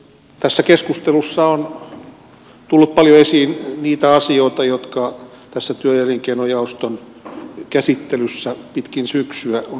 tässä keskustelussa on tullut paljon esiin niitä asioita joita tässä työ ja elinkeinojaoston käsittelyssä pitkin syksyä on myös tullut